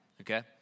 Okay